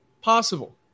possible